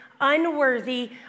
unworthy